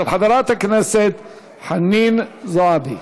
של חברת הכנסת חנין זועבי,